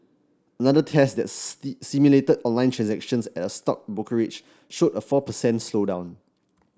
another test that simulated online transactions at a stock brokerage showed a four per cent slowdown